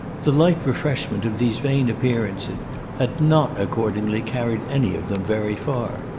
the light refreshment of these vain appearances had not accordingly carried any of them very far.